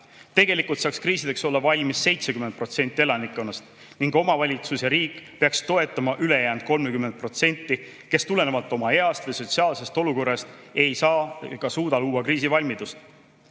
Tegelikult saaks kriisideks olla valmis 70% elanikkonnast ning omavalitsus ja riik peaks toetama ülejäänud 30%, kes tulenevalt oma east või sotsiaalsest olukorrast ei saa ega suuda luua kriisivalmidust.